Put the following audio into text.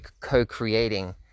co-creating